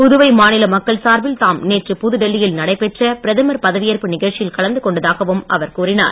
புதுவை மாநில மக்கள் சார்பில் தாம் நேற்று புதுடெல்லியில் நடைபெற்ற பிரதமர் பதவியேற்பு நிகழ்ச்சியில் கலந்து கொண்டதாகவும் அவர் கூறினார்